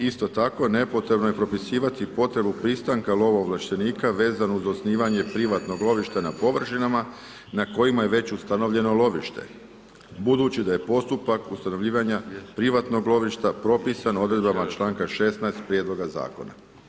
Isto tako, nepotrebno je propisivati potrebu pristanka lovoovlaštenika vezano uz osnivanje privatnog lovišta na površinama na kojima je već ustanovljeno lovište budući da je postupak ustanovljavanja privatnog lovišta propisan odredbama članka 16. prijedloga zakona.